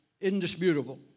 indisputable